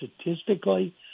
statistically